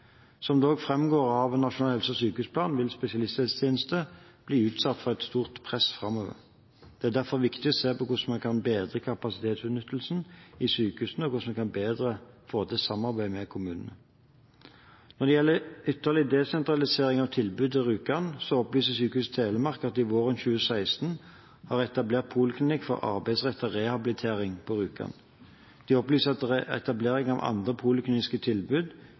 Som det også framgår av Nasjonal helse- og sykehusplan, vil spesialisthelsetjenesten bli utsatt for et stort press framover. Det er derfor viktig å se på hvordan man kan bedre kapasitetsutnyttelsen i sykehusene, og hvordan man kan bedre samarbeidet med kommunene. Når det gjelder ytterligere desentralisering av tilbud til Rjukan, opplyser Sykehuset Telemark at de våren 2016 har etablert poliklinikk for arbeidsrettet rehabilitering på Rjukan. De opplyser at etablering av andre polikliniske tilbud